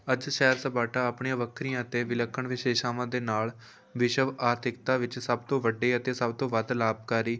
ਅੱਜ ਸੈਰ ਸਪਾਟਾ ਆਪਣੀਆਂ ਵੱਖਰੀਆਂ ਅਤੇ ਵਿਲੱਖਣ ਵਿਸ਼ੇਸ਼ਤਾਵਾਂ ਦੇ ਨਾਲ ਵਿਸ਼ਵ ਆਰਥਿਕਤਾ ਵਿੱਚ ਸਭ ਤੋਂ ਵੱਡੇ ਅਤੇ ਸਭ ਤੋਂ ਵੱਧ ਲਾਭਕਾਰੀ